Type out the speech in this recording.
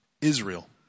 Israel